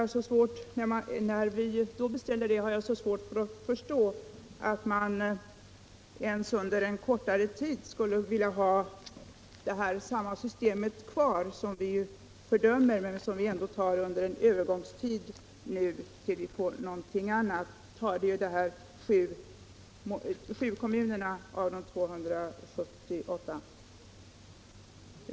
När vi då beställer det har jag svårt att förstå att man ens under en kortare tid skulle vilja förlänga ett system som vi fördömer och som vi bara behåller för 7 av 278 kommuner under en övergångstid.